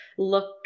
look